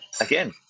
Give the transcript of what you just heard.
again